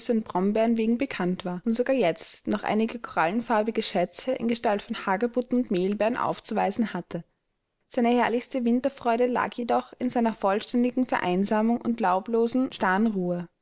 wegen bekannt war und sogar jetzt noch einige korallenfarbige schätze in gestalt von hagebutten und mehlbeeren aufzuweisen hatte seine herrlichste winterfreude lag jedoch in seiner vollständigen vereinsamung und laublosen starren ruhe